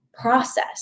process